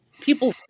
people